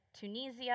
Tunisia